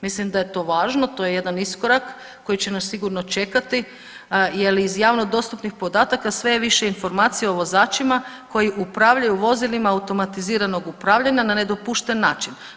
Mislim da je to važno, to je jedan iskorak koji će nas sigurno čekati, jer iz javno dostupnih podataka sve je više informacija o vozačima koji upravljaju vozilima automatiziranog upravljanja na nedopušten način.